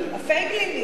הפייגלינים הגיעו מהליכוד?